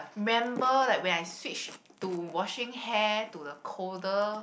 remember like when I switch to washing hair to the colder